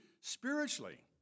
spiritually